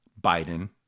Biden